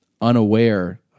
unaware